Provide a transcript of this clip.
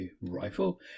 rifle